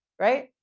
right